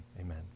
Amen